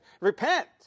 repent